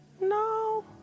No